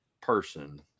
person